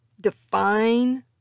define